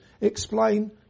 explain